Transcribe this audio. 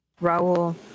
Raul